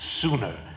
sooner